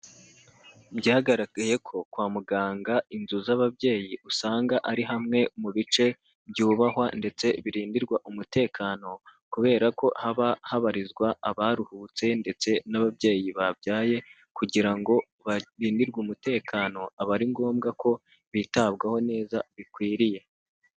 Byagaragaye ko kwa muganga inzu z'ababyeyi usanga ari hamwe mu bice byubahwa ndetse birindirwa umutekano kubera ko haba habarizwa abaruhutse ndetse n'ababyeyi babyaye kugira ngo barindirwe umutekano aba ari ngombwa ko bitabwaho neza bikwiriye.